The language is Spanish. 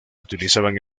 utilizaban